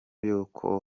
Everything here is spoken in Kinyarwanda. y’uko